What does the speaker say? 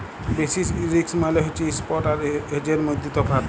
basis risk মালে হছে spot আর হেজের মইধ্যে তফাৎ